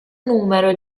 numero